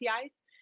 APIs